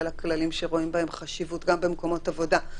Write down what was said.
הכללים שרואים בהם חשיבות גם במקומות עבודה.